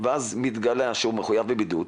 ואז מתגלה שהוא מחויב בבידוד.